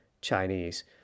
Chinese